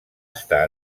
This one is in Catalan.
estar